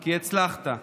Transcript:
כי הצלחת.